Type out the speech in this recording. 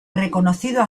reconocido